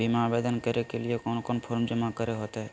बीमा आवेदन के लिए कोन कोन फॉर्म जमा करें होते